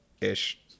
Ish